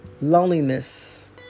loneliness